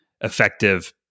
effective